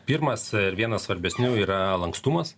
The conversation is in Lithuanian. pirmas vienas svarbesnių yra lankstumas